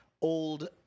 old